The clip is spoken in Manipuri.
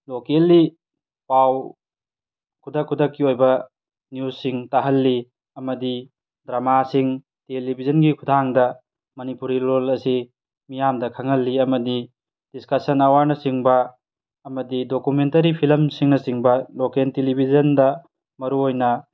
ꯂꯣꯀꯦꯜꯂꯤ ꯄꯥꯎ ꯈꯨꯗꯛ ꯈꯨꯗꯛꯀꯤ ꯑꯣꯏꯕ ꯅ꯭ꯌꯨꯁꯁꯤꯡ ꯇꯥꯍꯜꯂꯤ ꯑꯃꯗꯤ ꯗ꯭ꯔꯃꯥꯁꯤꯡ ꯇꯦꯂꯤꯚꯤꯖꯟꯒꯤ ꯈꯨꯊꯥꯡꯗ ꯃꯅꯤꯄꯨꯔꯤ ꯂꯣꯜ ꯑꯁꯤ ꯃꯤꯌꯥꯝꯗ ꯈꯪꯍꯜꯂꯤ ꯑꯃꯗꯤ ꯗꯤꯁꯀꯁꯟ ꯑꯋꯥꯔꯅ ꯆꯤꯡꯕ ꯑꯃꯗꯤ ꯗꯣꯀꯨꯃꯦꯟꯇꯔꯤ ꯐꯤꯂꯝꯁꯤꯡꯅ ꯆꯤꯡꯕ ꯂꯣꯀꯦꯟ ꯇꯦꯂꯤꯚꯤꯖꯟꯗ ꯃꯔꯨ ꯑꯣꯏꯅ